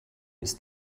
ist